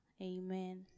Amen